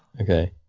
Okay